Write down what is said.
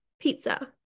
pizza